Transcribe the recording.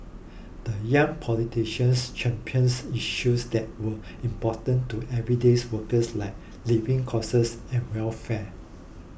the young politicians championed issues that were important to everyday's workers like living causes and welfare